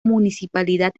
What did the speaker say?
municipalidad